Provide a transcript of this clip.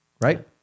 right